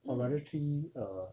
or rather three err